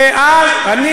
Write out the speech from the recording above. כי אתה רואה את כל היהודים,